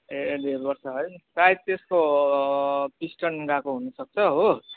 ए डेढ वर्ष भयो सायद त्यसको पिस्टन गएको हुनु सक्छ हो